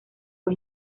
fue